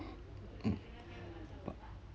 mm but